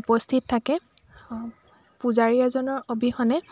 উপস্থিত থাকে পূজাৰী এজনৰ অবিহনে